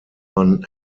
van